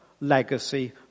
legacy